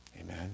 Amen